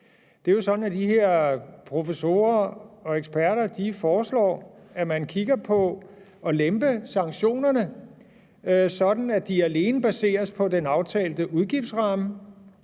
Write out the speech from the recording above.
Det er jo sådan, at de her professorer og eksperter foreslår, at man ser på at lempe sanktionerne, sådan at de alene baseres på den aftalte udgiftsramme,